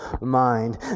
mind